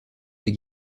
des